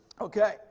Okay